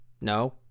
no